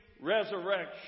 resurrection